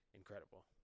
incredible